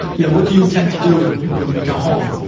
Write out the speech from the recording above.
yeah what do you intend to do when you when you go home?